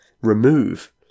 remove